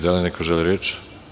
Da li neko želi reč?